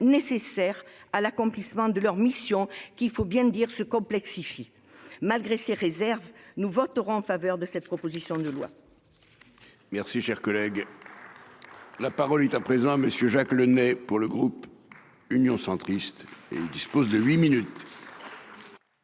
nécessaires à l'accomplissement de leurs missions, qui- il faut le dire -se complexifient. Malgré ces réserves, nous voterons en faveur de cette proposition de loi.